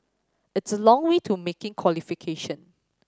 it's a long way to making qualification